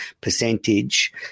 percentage